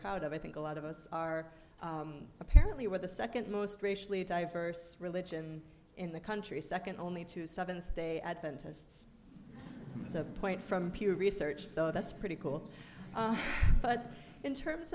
proud of i think a lot of us are apparently with the second most racially diverse religion in the country second only to seventh day adventists it's a point from pew research so that's pretty cool but in terms